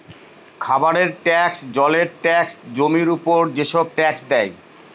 খাবারের ট্যাক্স, জলের ট্যাক্স, জমির উপর যেসব ট্যাক্স দেয়